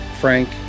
frank